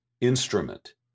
instrument